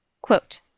quote